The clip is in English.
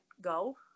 go